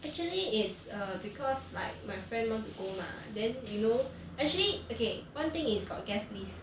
actually it's err because like my friend want to go mah then you know actually okay one thing is got guest list